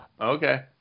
Okay